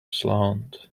slant